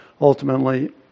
ultimately